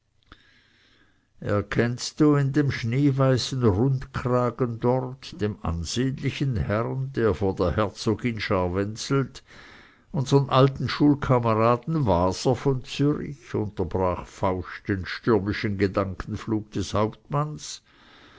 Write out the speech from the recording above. erkennst du in dem schneeweißen rundkragen dort dem ansehnlichen herrn der vor der herzogin scharwenzelt unsern alten schulkameraden waser von zürich unterbrach fausch den stürmischen gedankenflug des hauptmanns